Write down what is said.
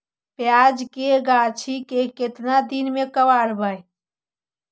प्याज के गाछि के केतना दिन में कबाड़बै?